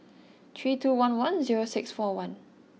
three two one one zero six four one